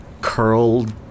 curled